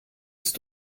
ist